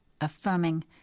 affirming